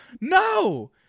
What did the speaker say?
no